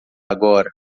agora